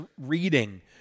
reading